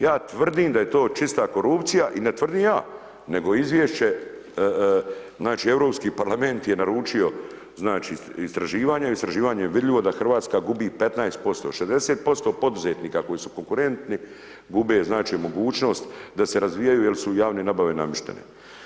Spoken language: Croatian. Ja tvrdim da je to čista korupcija i ne tvrdim ja nego izvješće, znači Europski parlament je naručio istraživanje, u istraživanju je vidljivo da Hrvatska gubi 15%, 60% poduzetnika koji su konkurentni, gube znači mogućnost da se razvijaju jer su javne nabave namještene.